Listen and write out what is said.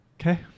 Okay